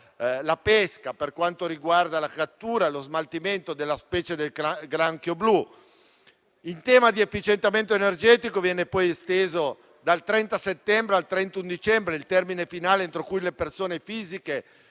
la pesca per quanto riguarda la cattura e lo smaltimento della specie del granchio blu. In tema di efficientamento energetico, viene esteso, dal 30 settembre al 31 dicembre, il termine finale entro cui le persone fisiche